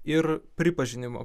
ir pripažinimo